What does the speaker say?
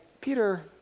Peter